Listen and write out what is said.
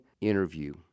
interview